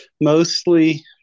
Mostly